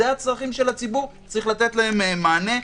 אלה הצרכים של הציבור, צריך לתת להם מענה.